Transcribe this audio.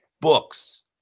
books